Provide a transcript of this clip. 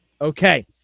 Okay